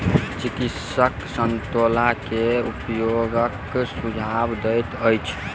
चिकित्सक संतोला के उपयोगक सुझाव दैत अछि